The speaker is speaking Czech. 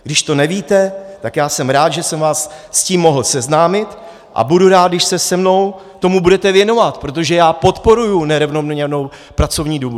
Když to nevíte, tak jsem rád, že jsem vás s tím mohl seznámit, a budu rád, když se se mnou tomu budete věnovat, protože podporuji nerovnoměrnou pracovní dobu.